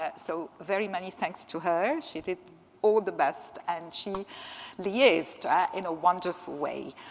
ah so very many thanks to her. she did all the best, and she liaised in a wonderful way.